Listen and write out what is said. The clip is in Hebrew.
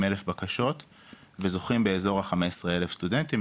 אלף בקשות וזוכים באזור החמש עשרה אלף סטודנטים,